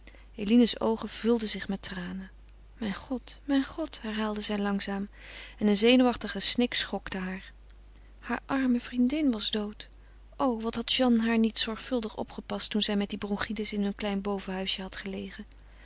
eline's oogen vulden zich met tranen mijn god mijn god herhaalde zij langzaam en een zenuwachtige snik schokte haar heur arme vriendin was dood o wat had jeanne haar niet zorgvuldig opgepast toen zij met die bronchitis in hun klein bovenhuisje had gelegen